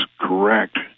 correct